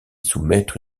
soumettre